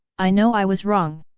i know i was wrong!